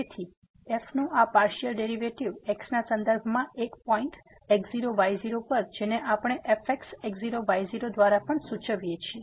તેથી f નું આ પાર્સીઅલ ડેરીવેટીવ x ના સંદર્ભમાં એક પોઈન્ટ x0 y0 પર જેને આપણે fxx0 y0 દ્વારા પણ સૂચવીએ છીએ